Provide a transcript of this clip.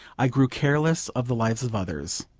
i grew careless of the lives of others.